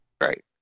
right